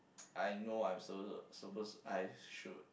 I know I'm suppo~ suppose I should